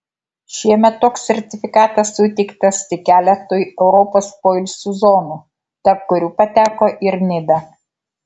šiemet toks sertifikatas suteiktas tik keletui europos poilsio zonų tarp kurių pateko ir nida